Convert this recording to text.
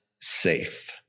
safe